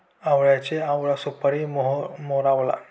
आवळ्याचे आवळा सुपारी, मोरावळा, आवळा कँडी आवळा सरबत केले जाते